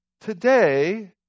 today